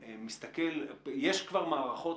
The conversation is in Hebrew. יש כבר מערכות.